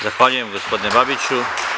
Zahvaljujem gospodine Babiću.